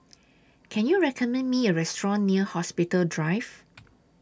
Can YOU recommend Me A Restaurant near Hospital Drive